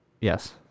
Yes